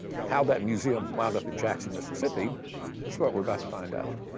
and how that museum wound up in jackson, mississippi is what we're about to find out.